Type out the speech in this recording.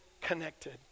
connected